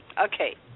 Okay